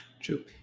True